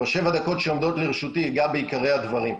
בשבע דקות שעומדות לרשותי אגע בעיקרי הדברים.